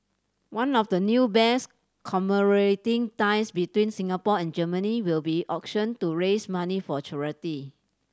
one of the new bears commemorating ties between Singapore and Germany will be auctioned to raise money for charity